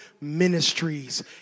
ministries